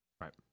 right